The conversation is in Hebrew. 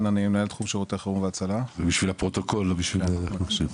מנהל תחום שירותי חירום והצלה, משרד הבריאות.